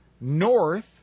north